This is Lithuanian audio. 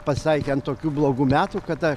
pasitaikė ant tokių blogų metų kada